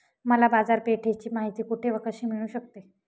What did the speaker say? मला बाजारपेठेची माहिती कुठे व कशी मिळू शकते?